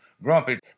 grumpy